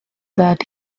that